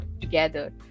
together